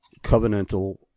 covenantal